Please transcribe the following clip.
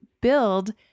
build